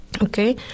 Okay